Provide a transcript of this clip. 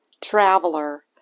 Traveler